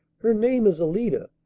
her name is alida,